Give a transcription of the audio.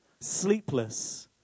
sleepless